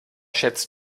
schätzt